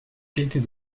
quelques